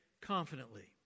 confidently